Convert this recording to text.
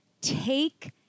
take